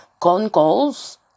con-calls